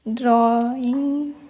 drawing